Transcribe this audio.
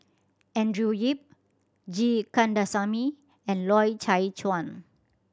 Andrew Yip G Kandasamy and Loy Chye Chuan